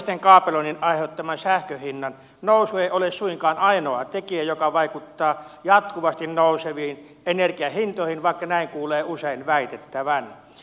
maansisäisen kaapeloinnin aiheuttama sähkönhinnan nousu ei ole suinkaan ainoa tekijä joka vaikuttaa jatkuvasti nouseviin energianhintoihin vaikka näin kuulee usein väitettävän